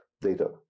data